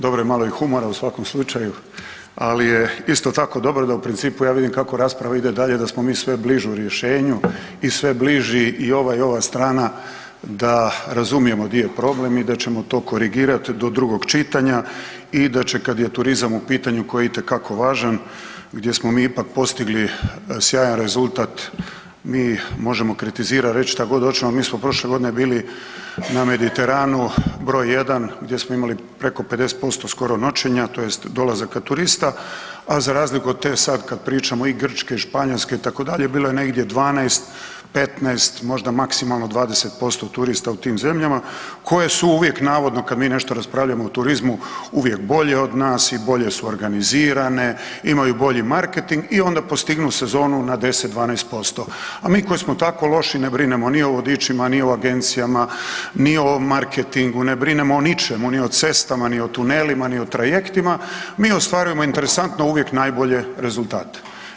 Dobro je malo i humora, u svakom slučaju, ali je isto tako dobro da u principu ja vidim kako rasprava ide dalje da smo mi sve bliže rješenju i sve bliži i ova i ova strana da razumijemo di je problem i da ćemo to korigirati do drugog čitanja i da će kad je turizam u pitanju, koji je itekako važan, gdje smo mi ipak postigli sjajan rezultat, mi možemo kritizirati, reći što god hoćemo, mi smo prošle godine bili na Mediteranu br. 1 gdje smo imali preko 50% skoro noćenja, tj. dolazaka turista, a za razliku od te, sad kad pričamo i Grčke, Španjolske, itd., bilo je negdje 12, 15, možda maksimalno 20% turista u tim zemljama koje su uvijek, navodno, kad mi nešto raspravljamo o turizmu, uvijek bolje od nas i bolje su organizirane, imaju bolji marketing i onda postignu sezonu na 10-12%, a mi koji smo tako loši ne brinemo ni o vodičima, ni o agencijama, ni o marketingu, ne brinemo o ničemu, ni o cestama, ni o tunelima, ni o trajektima, mi ostvarujemo interesantno uvijek najbolje rezultate.